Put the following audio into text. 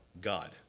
God